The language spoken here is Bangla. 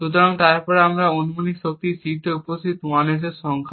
সুতরাং আমরা ধরি যে অনুমানিক শক্তি হল C তে উপস্থিত 1s সংখ্যা